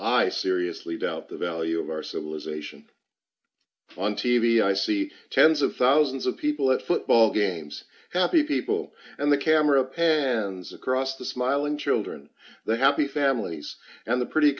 i seriously doubt the value of our civilization on t v i see tens of thousands of people at football games happy people and the camera pans across the smiling children the happy families and the pretty